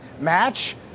Match